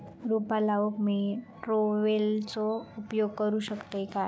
रोपा लाऊक मी ट्रावेलचो उपयोग करू शकतय काय?